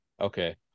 Okay